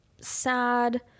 sad